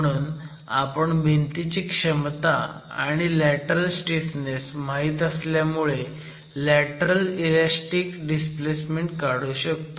म्हणून आपण भिंतीची क्षमता आणि लॅटरल स्टीफनेस माहीत असल्यामुळे लॅटरल इलॅस्टिक डिस्प्लेसमेन्ट काढू शकतो